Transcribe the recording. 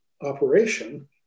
operation